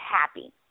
happy